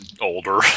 older